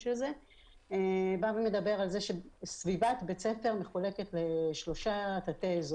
של זה - מדבר על כך שסביבת בית ספר מחולקת לשלושה תתי-אזורים.